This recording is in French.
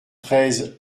treize